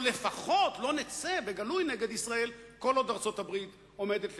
או לפחות לא נצא בגלוי נגד ישראל כל עוד ארצות-הברית עומדת לצדה.